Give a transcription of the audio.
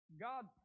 God